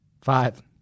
Five